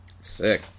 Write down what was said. Sick